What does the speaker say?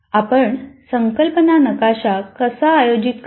आपण संकल्पना नकाशा कसा आयोजित करतो